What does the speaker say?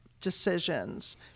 decisions